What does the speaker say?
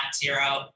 zero